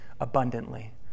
abundantly